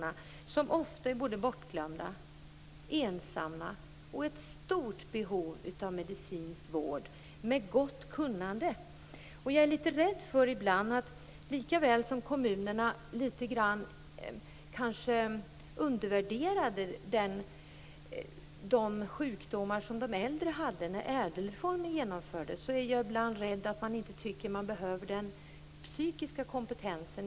De är ofta bortglömda, ensamma och i ett stort behov av medicinsk vård med gott kunnande. Jag är ibland litet rädd för att lika väl som kommunerna undervärderar de sjukdomar som de äldre hade när ädelreformen genomfördes, anser kommunerna att de inte behöver den psykiska kompetensen.